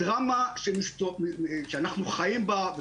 הדרמה שאנו חיים בה,